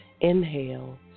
inhale